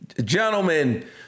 Gentlemen